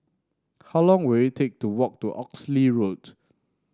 how long will it take to walk to Oxley Road